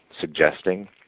suggesting